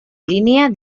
línia